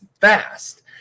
fast